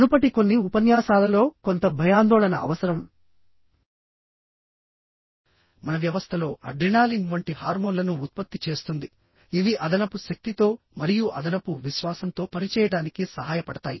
మునుపటి కొన్ని ఉపన్యాసాలలో కొంత భయాందోళన అవసరం మన వ్యవస్థలో అడ్రినాలిన్ వంటి హార్మోన్లను ఉత్పత్తి చేస్తుంది ఇవి అదనపు శక్తితో మరియు అదనపు విశ్వాసంతో పనిచేయడానికి సహాయపడతాయి